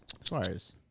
Suarez